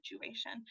situation